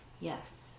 yes